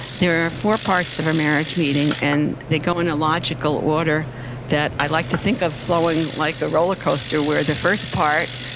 there are four parts of a marriage meeting. and they go in a logical order that i'd like to think of flowing like a roller coaster where the first part,